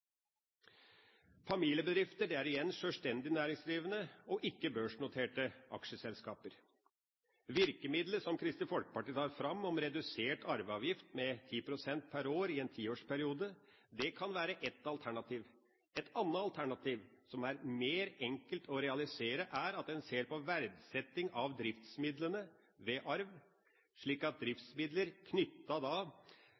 Familiebedrifter er igjen sjølstendige næringsdrivende og ikke-børsnoterte aksjeselskaper. Virkemiddelet som Kristelig Folkeparti tar fram, med redusert arveavgift med 10 pst. per år i en tiårsperiode, kan være ett alternativ. Et annet alternativ, som er mer enkelt å realisere, er at man ser på verdsetting av driftsmidlene ved arv, slik at